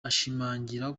ashimangira